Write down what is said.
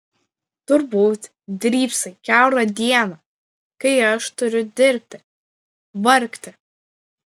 turbūt drybsai kiaurą dieną kai aš turiu dirbti vargti